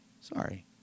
Sorry